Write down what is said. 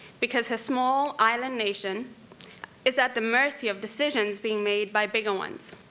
because her small island nation is at the mercy of decisions being made by bigger ones.